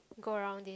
go around it